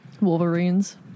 Wolverines